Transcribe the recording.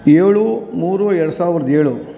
ಏಳು ಮೂರು ಎರಡು ಸಾವಿರದ ಏಳು